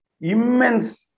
immense